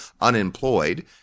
unemployed